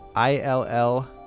ILL